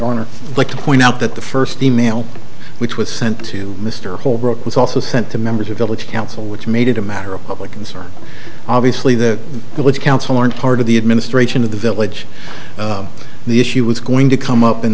like to point out that the first e mail which was sent to mr holbrooke was also sent to members of village council which made it a matter of public concern obviously the village council and part of the administration of the village the issue was going to come up in